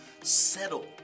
settle